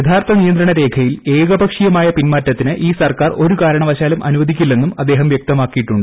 യഥാർത്ഥ നിയന്ത്രണ രേഖയിൽ ഏകപക്ഷീയമായ പിന്മാറ്റത്തിന് ഈ സർക്കാർ കാരണവശാലും അനുവദിക്കില്ലെന്നും ഒരു അദ്ദേഹം വ്യക്തമാക്കിയിട്ടുണ്ട്